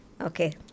Okay